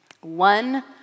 One